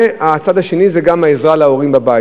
והצד השני זה גם העזרה להורים בבית.